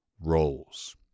roles